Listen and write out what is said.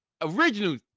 original